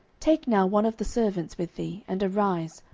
take now one of the servants with thee, and arise,